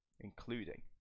including